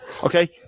Okay